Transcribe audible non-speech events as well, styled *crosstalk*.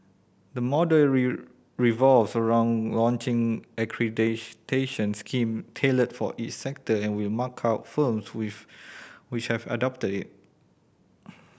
the model *unintelligible* revolves around launching *unintelligible* scheme tailored for each sector and will mark out firms with which have adopted it